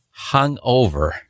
hungover